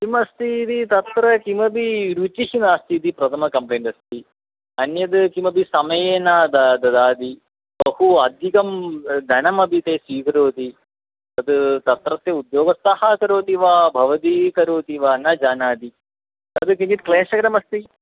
किमस्ति इति तत्र किमपि रुचिः नास्ति इति प्रथमकम्प्लेण्ट् अस्ति अन्यद् किमपि समये न द ददाति बहु अधिकं धनमपि ते स्वीकरोति तद् तत्र ते उद्योगस्थाः करोति वा भवती करोति वा न जानाति तद् किञ्चित् क्लेशकरमस्ति